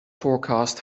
forecast